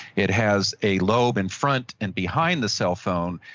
it has a lobe in front and behind the cell phone,